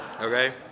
Okay